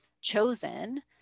chosen